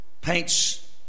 paints